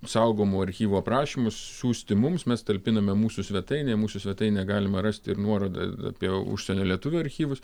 saugomų archyvų aprašymus siųsti mums mes talpiname mūsų svetainėje mūsų svetainėje galima rasti ir nuorodas apie užsienio lietuvių archyvus